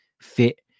fit